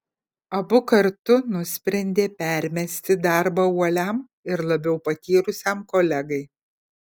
abu kartu nusprendė permesti darbą uoliam ir labiau patyrusiam kolegai